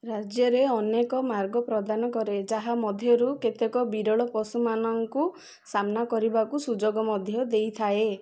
ରାଜ୍ୟ ଅନେକ ମାର୍ଗ ପ୍ରଦାନ କରେ ଯାହା ମଧ୍ୟରୁ କେତେକ ବିରଳ ପଶୁମାନଙ୍କୁ ସାମ୍ନା କରିବାର ସୁଯୋଗ ମଧ୍ୟ ଦେଇଥାଏ